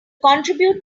contribute